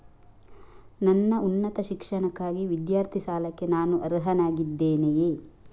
ನನ್ನ ಉನ್ನತ ಶಿಕ್ಷಣಕ್ಕಾಗಿ ವಿದ್ಯಾರ್ಥಿ ಸಾಲಕ್ಕೆ ನಾನು ಅರ್ಹನಾಗಿದ್ದೇನೆಯೇ?